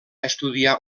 estudiar